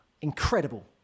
incredible